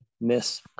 Miss